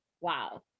wow